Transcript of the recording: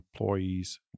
employees